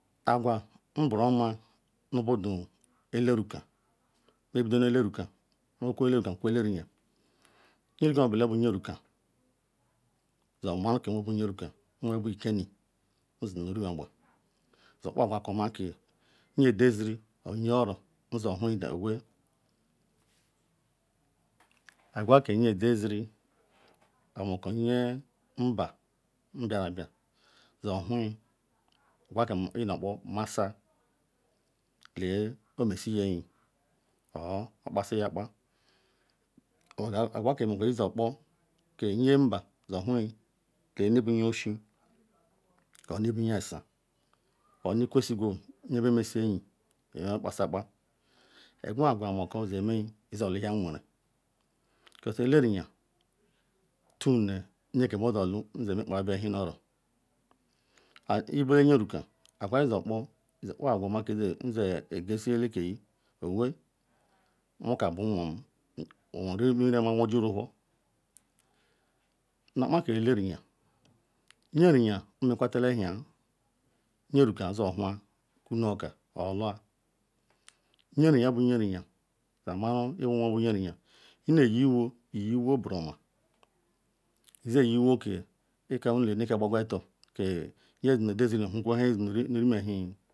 Aqwo nburuoma gbuelu ele ruha mebido nu ee meku eleruka nku eleriye. Nyeruka obula bu nyeruka sumaru sunuobu nyeruka nyeruka ikeni zinuime rumuoqba zokpa aqwa oma ke nye edeziri or nye-oro sohugi sowhe. Aqwa ke nye edeziri mubumako nyemba nyolu aqwaken omashoya lee omeshi kiya enyi or okpasi-akpa, aqwaken bumako nhe gokpo ke nye-mba sohuye keni ibuyozhi or nebunye-osaa or nekwusugwo nye bemesi enyi or nye bekpasiakpa, eqwa agwa yeme isa ohihia nweren because eleriya tune nye ke besuolu makpa beewhi nu-oro. Ibula yeruka aqwa isokpo iya-akpa aqwa keyekezi elakenyi owee nwokam bu nwom owaru mini mara woji ewho. Nu akpa ke eleriya, nyeriya nmekwatala ewhiyi yeruka soohuaa kuna oka or oluaa nye riga abu nye-riya sama ru nu nwobunyeriya, ineyi-iwo, iyiiwo buruoma, ize-iyiwo ke yonu lee nu ikakpaqwuetor ke nye dinu ederizi nyohukwo nhe ziri nu rume ewhiyi